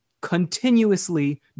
continuously